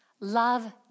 Love